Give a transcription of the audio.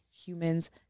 humans